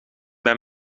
bij